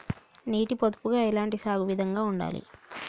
నీటి పొదుపుగా ఎలాంటి సాగు విధంగా ఉండాలి?